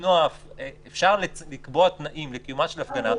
אפשר לקבוע תנאים לקיומה של הפגנה,